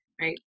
right